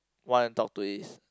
want to talk to is